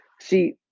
See